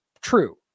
true